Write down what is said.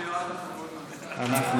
בתקווה רבה שלא נהפוך את החג,